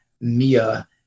Mia